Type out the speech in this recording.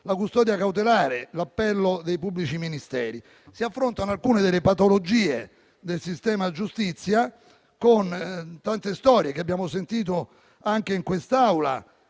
la custodia cautelare, l'appello dei pubblici ministeri. Si affrontano alcune delle patologie del sistema giustizia con tante storie che abbiamo sentito anche in quest'Aula